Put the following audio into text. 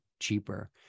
cheaper